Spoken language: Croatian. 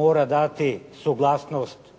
mora dati suglasnost